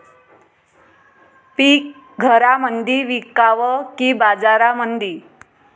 पीक घरामंदी विकावं की बाजारामंदी?